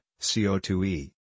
CO2e